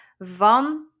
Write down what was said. van